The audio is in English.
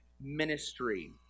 ministry